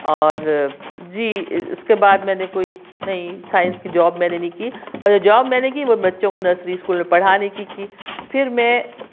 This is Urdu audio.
اور جی اِس کے بعد میں نے کوئی نہیں سائنس کی جاب میں نے نہیں کی اور جو جاب میں نے کی وہ بچوں کو نرسری اسکول میں پڑھانے کی کی پھر میں